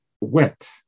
Wet